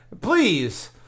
Please